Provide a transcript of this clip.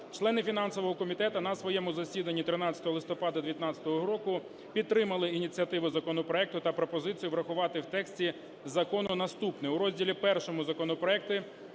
Члени фінансового комітету на своєму засіданні 13 листопада 19-го року підтримали ініціативу законопроекту та пропозицію врахувати в тексті закону наступне: